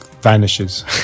vanishes